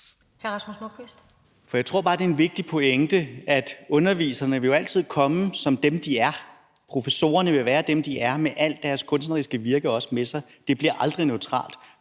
Rasmus Nordqvist (SF): Jeg tror bare, det er en vigtig pointe, at underviserne jo altid vil komme som dem, de er. Professorerne vil være dem, de er, og også tage al deres kunstneriske virke med sig. Det bliver aldrig neutralt.